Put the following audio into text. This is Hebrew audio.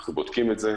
אנחנו בודקים את זה,